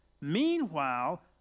Meanwhile